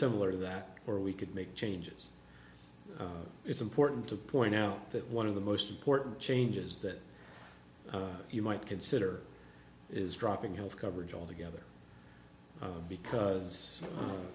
similar to that or we could make changes it's important to point out that one of the most important changes that you might consider is dropping health coverage altogether because